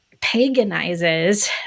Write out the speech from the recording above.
paganizes